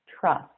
trust